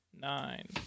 Nine